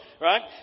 right